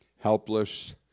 helpless